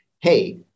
hey